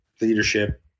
leadership